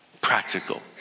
practical